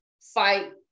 fight